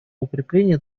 укрепления